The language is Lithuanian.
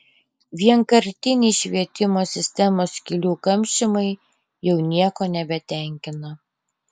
vienkartiniai švietimo sistemos skylių kamšymai jau nieko nebetenkina